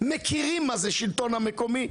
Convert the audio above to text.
מכירים מה זה שלטון מקומי.